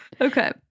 Okay